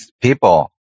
people